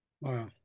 Wow